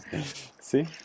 See